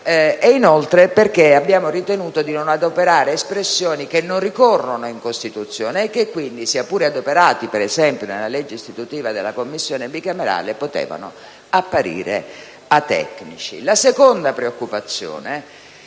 e inoltre perché abbiamo ritenuto di non adoperare espressioni che non ricorrono in Costituzione e che quindi, seppur adoperate, per esempio, nella legge istitutiva della Commissione bicamerale, potevano apparire atecnici. La seconda preoccupazione